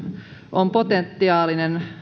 on potentiaalinen